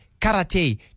karate